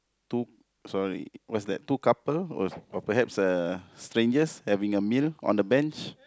two sorry what's that two couple or perhaps uh stranger that having a meal on the bench